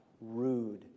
rude